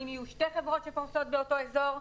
אם יהיו שתי חברות שפורסות באותו אזור,